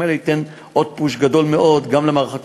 האלה ייתנו עוד פוש גדול מאוד גם למערך הכבאות,